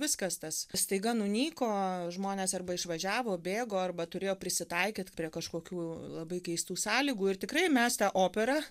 viskas tas staiga nunyko žmonės arba išvažiavo bėgo arba turėjo prisitaikyt prie kažkokių labai keistų sąlygų ir tikrai mes tą operą